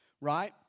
right